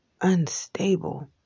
unstable